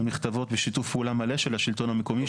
הן נכתבות בשיתוף פעולה מלא של השלטון המקומי,